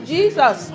Jesus